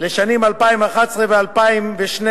לשנים 2011 ו-2012,